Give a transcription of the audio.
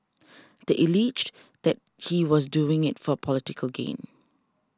they alleged that he was doing it for political gain